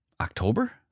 October